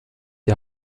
die